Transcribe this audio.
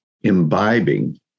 imbibing